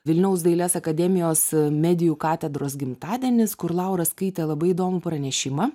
vilniaus dailės akademijos medijų katedros gimtadienis kur laura skaitė labai įdomų pranešimą